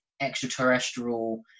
extraterrestrial